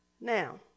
Now